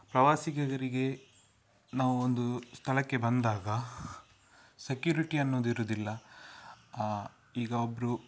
ಪ್ರವಾಸಿಗರಿಗೆ ನಾವು ಒಂದು ಸ್ಥಳಕ್ಕೆ ಬಂದಾಗ ಸೆಕ್ಯೂರಿಟಿ ಅನ್ನೋದಿರೋದಿಲ್ಲ ಈಗ ಒಬ್ಬರು